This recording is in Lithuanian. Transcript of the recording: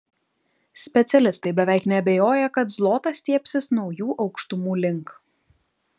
specialistai beveik neabejoja kad zlotas stiebsis naujų aukštumų link